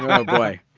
um boy.